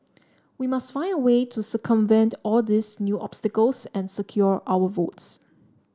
we must find a way to circumvent all these new obstacles and secure our votes